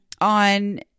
on